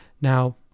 Now